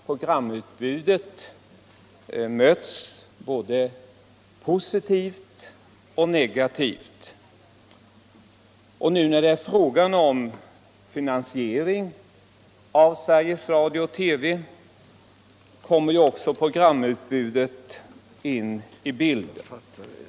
Programutbudet har mötts både positivt och negativt. När det nu är fråga om finansiering av Sveriges Radio kommer också programutbudet in i bilden.